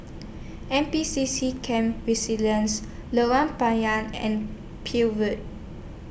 N P C C Camp Resilience Lorong Payah and Peel Road